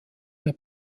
der